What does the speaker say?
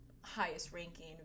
highest-ranking